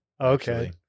Okay